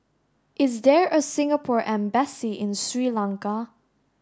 is there a Singapore embassy in Sri Lanka